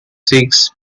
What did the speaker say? six